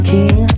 King